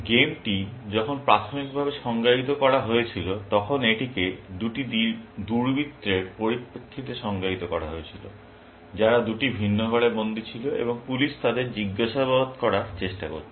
গেমটি যখন প্রাথমিকভাবে সংজ্ঞায়িত করা হয়েছিল তখন এটিকে দুটি দুর্বৃত্তের পরিপ্রেক্ষিতে সংজ্ঞায়িত করা হয়েছিল যারা দুটি ভিন্ন ঘরে বন্দী ছিল এবং পুলিশ তাদের জিজ্ঞাসাবাদ করার চেষ্টা করছে